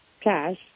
cash